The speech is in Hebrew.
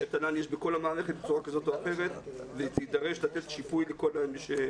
תל"ן יש בכל המערכת בצורה כזו או אחרת והיא תידרש לתת שיפוי לכל אלה.